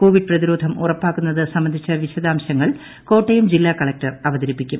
Covid പ്രതിരോധം ഉറപ്പാക്കുന്നതു സംബന്ധിച്ച വിശദാംശങ്ങൾ കോട്ടയം ജില്ലാ കളക്ടർ അവതരിപ്പിക്കും